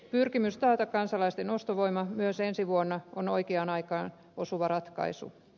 pyrkimys taata kansalaisten ostovoima myös ensi vuonna on oikeaan aikaan osuva ratkaisu